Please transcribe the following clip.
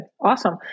Awesome